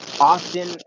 often